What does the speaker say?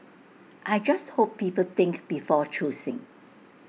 I just hope people think before choosing